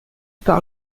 par